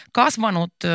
kasvanut